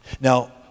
Now